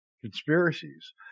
conspiracies